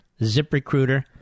ZipRecruiter